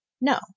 no